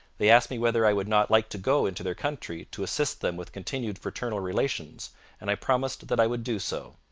they asked me whether i would not like to go into their country to assist them with continued fraternal relations and i promised that i would do so